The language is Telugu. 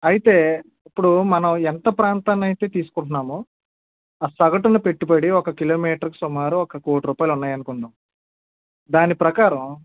అయితే ఇప్పుడు మనం ఎంత ప్రాంతాన్ని అయితే తీసుకుంటున్నామో ఆ సగుటున పెట్టుబడి ఒక కిలోమీటరుకి సుమారు ఒక కోటి రూపాయిలు ఉన్నాయనుకుందాం దాని ప్రకారం